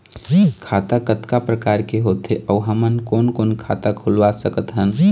खाता कतका प्रकार के होथे अऊ हमन कोन कोन खाता खुलवा सकत हन?